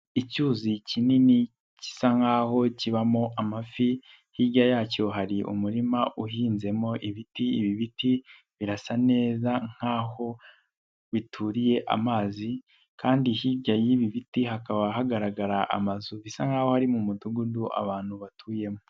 Icyuzi kinini gisa nkaho kibamo amafi hirya yacyo hari umurima uhinzemo ibiti, ibi biti birasa neza nkaho bituriye amazi kandi hirya y'ibi biti hakaba hagaragara amazu bisa nkaho ari mu mudugudu abantu batuyemo.